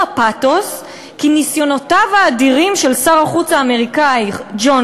במלוא הפתוס כי ניסיונותיו האדירים של שר החוץ האמריקני ג'ון